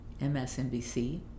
MSNBC